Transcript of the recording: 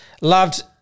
Loved